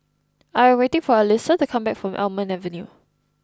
I am waiting for Alysia to come back from Almond Avenue